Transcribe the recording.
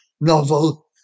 novel